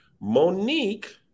Monique